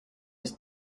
ist